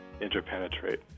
interpenetrate